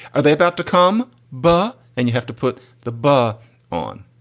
are they about to come bar and you have to put the bar on.